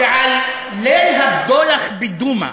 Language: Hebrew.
שעל ליל הבדולח בדומא,